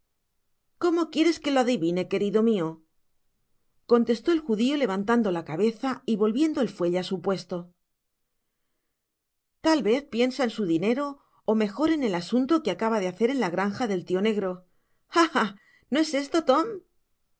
cómo quieres que lo adivine querido mio contestó el judio levantando la cabeza y volviendo el fuelle á su puesto tal vez piensa en su dinero ó mejor en el asuho que acaba de hacer en la granja del tio negro ah ah í no es esto tom